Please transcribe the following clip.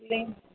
ಇಲ್ಲಿ